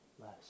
less